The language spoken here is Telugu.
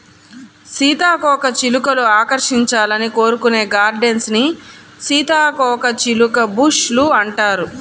సీతాకోకచిలుకలు ఆకర్షించాలని కోరుకునే గార్డెన్స్ ని సీతాకోకచిలుక బుష్ లు అంటారు